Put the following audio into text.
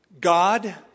God